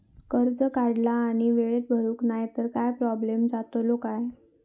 कर्ज काढला आणि वेळेत भरुक नाय तर काय प्रोब्लेम जातलो काय?